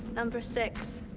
number six.